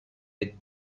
with